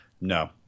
no